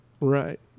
Right